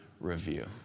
review